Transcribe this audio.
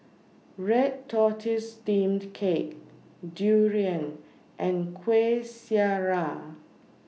Red Tortoise Steamed Cake Durian and Kueh Syara